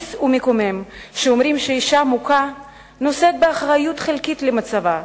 מכעיס ומקומם שאומרים שאשה מוכה נושאת באחריות חלקית למצבה,